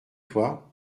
toi